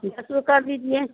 दस में कर दीजिए